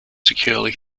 securely